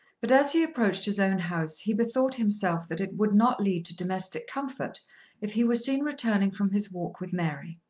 but as he approached his own house he bethought himself that it would not lead to domestic comfort if he were seen returning from his walk with mary,